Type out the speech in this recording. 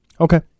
Okay